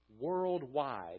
Worldwide